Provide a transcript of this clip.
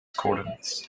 coordinates